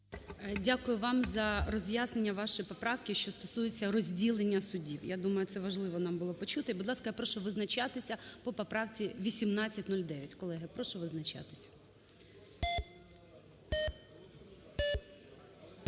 Дякую вам за роз'яснення вашої поправки, що стосується розділення судів. Я думаю, це важливо нам було почути. Будь ласка, прошу визначатися по поправці 1809. Колеги, прошу визначатися.